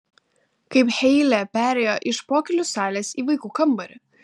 kaip heile perėjo iš pokylių salės į vaikų kambarį